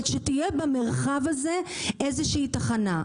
אבל שתהיה במרחב הזה איזושהי תחנה.